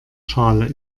schale